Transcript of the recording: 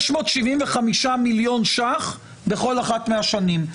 675,000,000 ש"ח בכל אחת מהשנים.